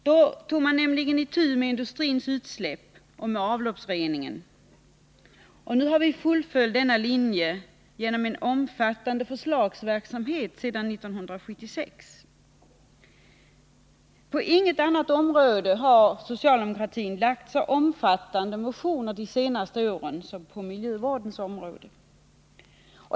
Då tog man nämligen itu med industrins utsläpp och med Onsdagen den avloppsreningen. Nu har vi fullföljt denna linje genom en omfattande 26 mars 1980 förslagsverksamhet sedan 1970. På inget annat område har socialdemokraterna väckt så omfattande motioner som på miljövårdens.